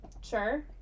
Sure